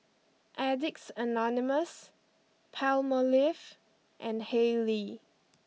Addicts Anonymous Palmolive and Haylee